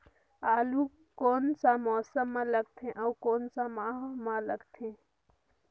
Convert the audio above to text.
आलू कोन सा मौसम मां लगथे अउ कोन सा माह मां लगथे?